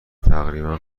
تقریبا